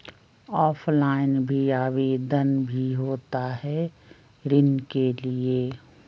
Offline भी आवेदन भी होता है ऋण के लिए?